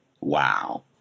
Wow